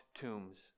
tombs